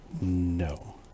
No